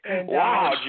Wow